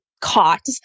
caught